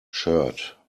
shirt